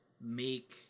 make